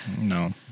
No